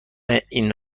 این